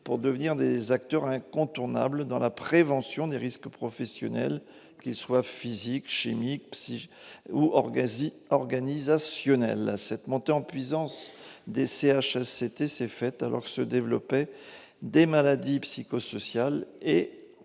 pour devenir des acteurs incontournables dans la prévention des risques professionnels, qu'ils soient physiques, chimiques ou organisationnels. Cette montée en puissance s'est faite, alors que se développaient des maladies psychosociales et